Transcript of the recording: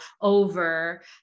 over